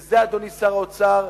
וזה, אדוני שר האוצר,